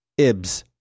Ibs